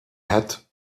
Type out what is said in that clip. had